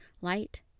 light